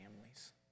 families